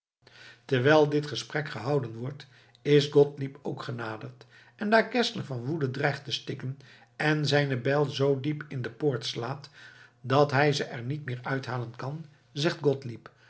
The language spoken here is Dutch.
terwijl dit gesprek gehouden wordt is gottlieb ook genaderd en daar geszler van woede dreigt te stikken en zijne bijl zoo diep in de poort slaat dat hij ze er niet meer uithalen kan zegt